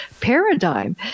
paradigm